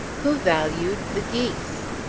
who valued the geese?